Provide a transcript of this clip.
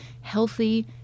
healthy